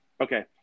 okay